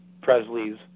Presley's